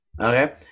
Okay